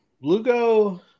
Lugo